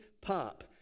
pop